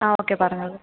ആ ഓക്കെ പറഞ്ഞോളൂ